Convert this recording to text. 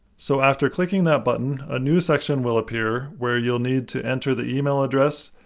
so after clicking that button, a new section will appear where you'll need to enter the email address,